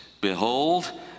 Behold